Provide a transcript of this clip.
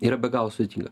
yra be galo sudėtinga